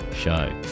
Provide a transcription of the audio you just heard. show